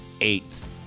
eighth